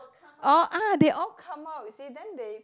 all ah they all come out you see then they